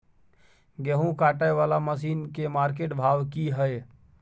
गेहूं काटय वाला मसीन के मार्केट भाव की हय?